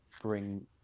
bring